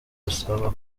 gusaba